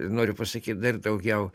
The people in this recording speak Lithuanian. noriu pasakyt dar daugiau